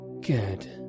Good